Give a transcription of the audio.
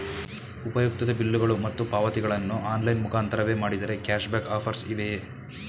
ಉಪಯುಕ್ತತೆ ಬಿಲ್ಲುಗಳು ಮತ್ತು ಪಾವತಿಗಳನ್ನು ಆನ್ಲೈನ್ ಮುಖಾಂತರವೇ ಮಾಡಿದರೆ ಕ್ಯಾಶ್ ಬ್ಯಾಕ್ ಆಫರ್ಸ್ ಇವೆಯೇ?